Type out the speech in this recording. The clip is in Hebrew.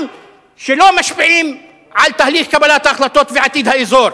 שלא משפיעים על תהליך קבלת ההחלטות ועתיד האזור,